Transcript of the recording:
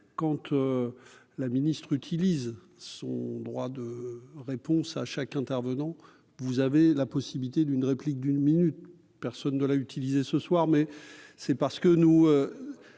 compte la ministre utilise son droit de réponse à chaque intervenant vous avez la possibilité d'une réplique d'une minute, personne ne l'a utilisé ce soir mais c'est parce que nous